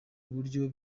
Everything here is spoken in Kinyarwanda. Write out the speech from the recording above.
uburyo